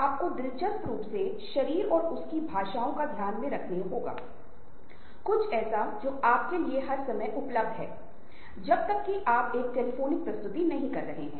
हमने बातचीत कौशल और बोलने के कौशल के साथ काम किया है और इनमें से कुछ चीजें दिलचस्प तरीके से नेटवर्क की अवधारणा से जुड़ी हुई हैं